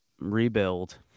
Rebuild